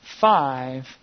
five